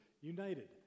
united